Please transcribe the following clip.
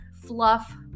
fluff